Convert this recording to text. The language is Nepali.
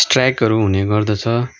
स्ट्रयाकहरू हुने गर्दछ